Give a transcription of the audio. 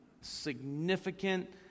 significant